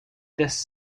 this